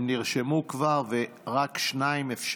הם כבר נרשמו, ואפשרי רק שניים.